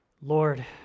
Lord